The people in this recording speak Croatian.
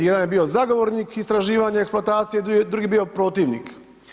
Jedan je bio zagovornik istraživanja eksploatacije, drugi je bio protivnik.